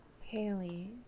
Haley